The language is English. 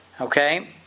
Okay